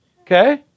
okay